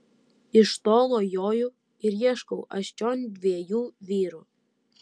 iš tolo joju ir ieškau aš čion dviejų vyrų